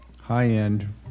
high-end